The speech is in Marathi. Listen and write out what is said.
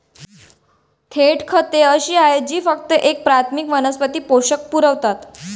थेट खते अशी आहेत जी फक्त एक प्राथमिक वनस्पती पोषक पुरवतात